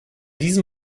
diesen